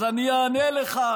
אז אני אענה לך,